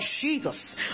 Jesus